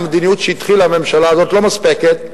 המדיניות שהתחילה בה הממשלה הזאת לא מספקת,